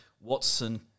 Watson